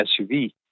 SUV